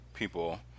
people